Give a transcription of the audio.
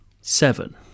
Seven